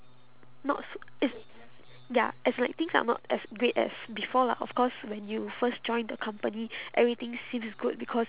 not s~ it's ya as in like things are not as great as before lah of course when you first join the company everything seems good because